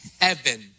heaven